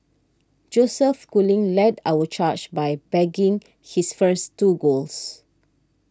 Joseph Schooling led our charge by bagging his first two golds